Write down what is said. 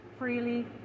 Freely